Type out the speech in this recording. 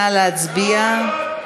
נא להצביע.